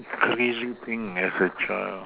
crazy thing as a child